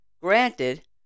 Granted